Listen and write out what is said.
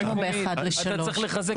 אתה צריך לחזק את הרשות המקומית.